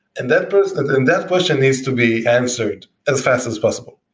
and then then that question needs to be answered as fast as possible.